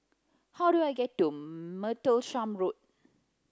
how do I get to Martlesham Road